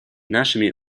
нашими